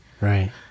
right